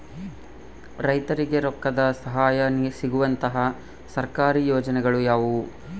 ರೈತರಿಗೆ ರೊಕ್ಕದ ಸಹಾಯ ಸಿಗುವಂತಹ ಸರ್ಕಾರಿ ಯೋಜನೆಗಳು ಯಾವುವು?